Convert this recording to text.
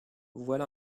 voilà